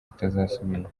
bitazasubira